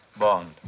Bond